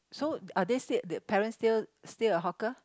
so are they said their parents still still a hawker